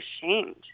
ashamed